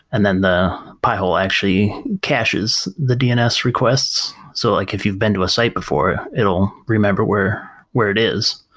and then the pi-hole actually caches the dns requests. so like if you've been to a site before, it'll remember where where it is,